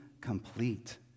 complete